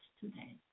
today